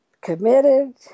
committed